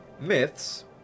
myths